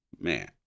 man